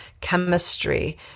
chemistry